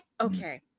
okay